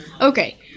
Okay